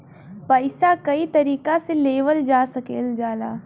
पइसा कई तरीका से लेवल जा सकल जाला